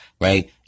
right